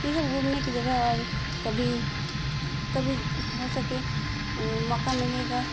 یہ سب گھومنے کی جگہ اور کبھی کبھی ہو سکے موقع ملے گا